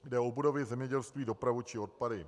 Jde o budovy, zemědělství, dopravu či odpady.